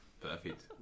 Perfect